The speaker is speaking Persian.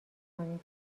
کنیم